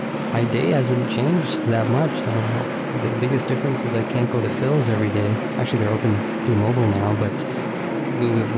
my day hasn't changed that much. the um ah biggest differences i can't go to phil's every day. actually, they're open through mobile now, but yeah,